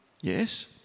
yes